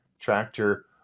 tractor